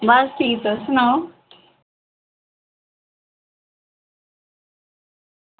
बस ठीक तुस सनाओ